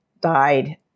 died